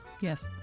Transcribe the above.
Yes